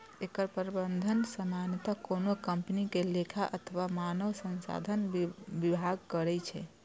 एकर प्रबंधन सामान्यतः कोनो कंपनी के लेखा अथवा मानव संसाधन विभाग करै छै